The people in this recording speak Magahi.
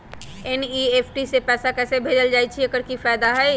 एन.ई.एफ.टी से पैसा कैसे भेजल जाइछइ? एकर की फायदा हई?